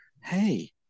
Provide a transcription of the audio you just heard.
hey